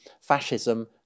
fascism